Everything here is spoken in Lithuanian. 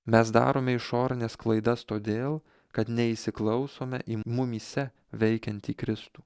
mes darome išorines klaidas todėl kad neįsiklausome į mumyse veikiantį kristų